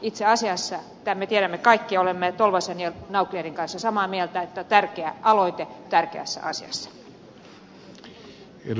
itse asiassa me tiedämme kaikki ja olemme tolvasen ja nauclerin kanssa samaa mieltä että tärkeä aloite tärkeässä asiassa